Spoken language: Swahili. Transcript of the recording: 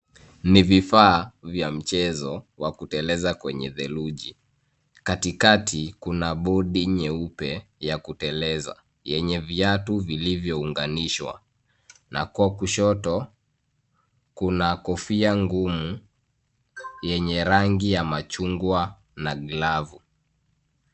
Ni vifaa vya mchezo wa kuteleza kwenye theluji. Katikati kuna bodi nyeupe ya kuteleza yenye viatu vilivyounganishwa, na kwa kushoto kuna kofia ngumu yenye rangi ya machungwa na glavu.